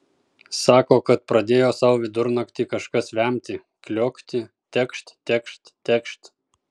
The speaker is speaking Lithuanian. sako kad pradėjo sau vidurnaktį kažkas vemti kliokti tekšt tekšt tekšt